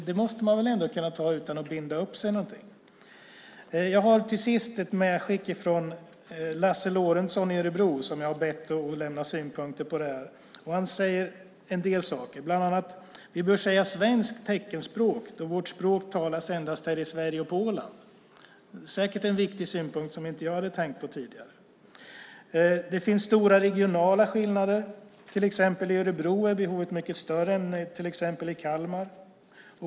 Det måste man väl ändå kunna ta utan att binda upp sig. Jag har till sist ett medskick från Lasse Lorentzon i Örebro som jag har bett lämna synpunkter på det här. Han säger bland annat att vi bör säga svenskt teckenspråk då vårt språk talas endast här i Sverige och på Åland. Det är säkert en viktig synpunkt som inte jag hade tänkt på tidigare. Det finns stora regionala skillnader, till exempel i Örebro är behovet mycket större än i Kalmar.